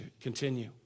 continue